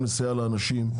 גם לסייע לאנשים,